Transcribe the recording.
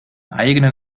eigenen